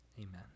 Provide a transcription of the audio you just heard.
Amen